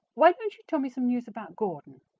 why don't you tell me some news about gordon?